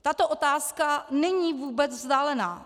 Tato otázka není vůbec vzdálená.